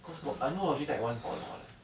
cause I know Logitech [one] got a lot leh